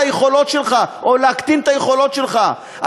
היכולות שלך או להקטין את היכולות שלך.